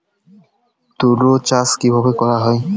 তুলো চাষ কিভাবে করা হয়?